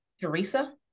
Teresa